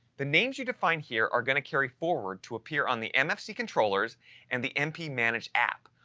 the names you define here are going to carry forward to appear on the mfc controllers and the mp-manage app,